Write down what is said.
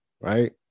right